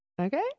Okay